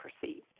perceived